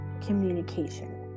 communication